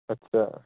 ਅੱਛਾ